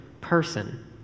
person